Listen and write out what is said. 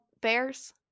bears